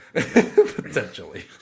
Potentially